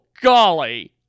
golly